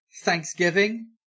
Thanksgiving